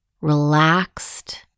relaxed